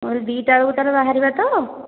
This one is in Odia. ମୁଁ କହିଲି ଦୁଇଟା ବେଳକୁ ତା'ହେଲେ ବାହାରିବା ତ